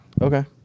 Okay